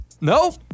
No